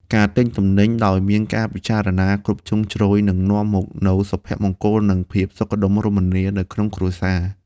ការទិញទំនិញដោយមានការពិចារណាគ្រប់ជ្រុងជ្រោយនឹងនាំមកនូវសុភមង្គលនិងភាពសុខដុមរមនានៅក្នុងគ្រួសារ។